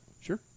Sure